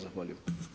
Zahvaljujem.